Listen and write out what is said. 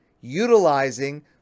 utilizing